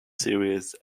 series